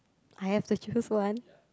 I have to choose one